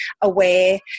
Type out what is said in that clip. aware